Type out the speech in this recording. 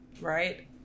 right